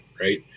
right